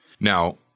Now